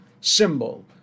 symbol